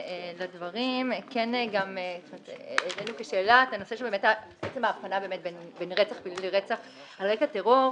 לדברים העלינו כשאלה את עצם ההבחנה בין רצח פלילי לרצח על רקע טרור.